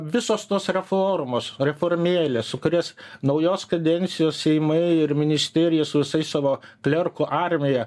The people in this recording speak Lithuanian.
visos tos reformos reformėlės su kurias naujos kadencijos seimai ir ministerija su visais savo klerkų armija